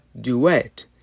duet